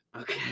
Okay